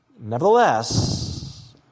Nevertheless